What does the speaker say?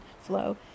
flow